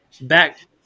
back